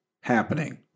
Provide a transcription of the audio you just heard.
happening